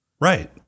right